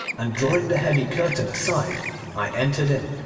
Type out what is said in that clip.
and drawing the heavy curtain aside i entered in.